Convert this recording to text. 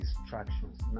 distractions